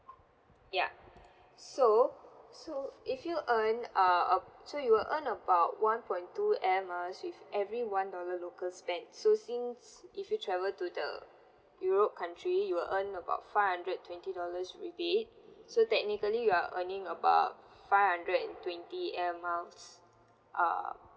yup so so if you earn err uh so you will earn about one point two air miles with every one dollar local spend so since if you travel to the europe country you will earn about five hundred twenty dollars rebate so technically you're earning about five hundred and twenty air miles uh